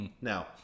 Now